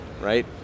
right